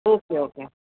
okay okay